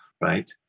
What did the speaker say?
right